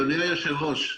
אדוני היושב-ראש,